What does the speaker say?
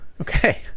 okay